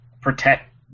protect